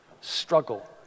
struggle